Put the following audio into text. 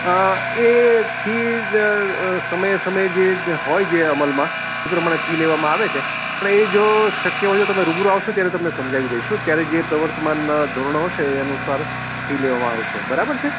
એ fee સમયે સમયે જે હોય જે અમલમાં એ પ્રમાણે ફી લેવામાં આવે છે પણ એ જો શક્ય હોય તો તમે રૂબરૂ આવશો ત્યારે તમને સમજાવી દઈશું ત્યારે જે પ્રવર્તમાન ધોરણો હશે એ અનુસાર ફી લેવામાં આવશે બરાબર છે